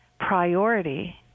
priority